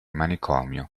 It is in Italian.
manicomio